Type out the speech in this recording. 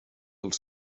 els